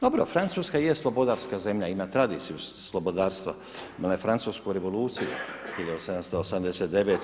Dobro, Francuska je slobodarska zemlja, ima tradiciju slobodarstva, imala je Francusku revoluciju 1789.